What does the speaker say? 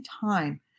time